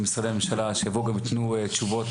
שמשרדי הממשלה יבואו ויתנו תשובות,